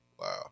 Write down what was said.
Wow